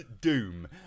doom